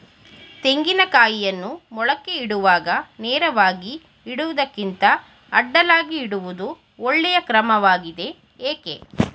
ತೆಂಗಿನ ಕಾಯಿಯನ್ನು ಮೊಳಕೆಗೆ ಇಡುವಾಗ ನೇರವಾಗಿ ಇಡುವುದಕ್ಕಿಂತ ಅಡ್ಡಲಾಗಿ ಇಡುವುದು ಒಳ್ಳೆಯ ಕ್ರಮವಾಗಿದೆ ಏಕೆ?